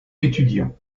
étudiant